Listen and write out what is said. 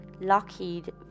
Lockheed